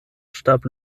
starb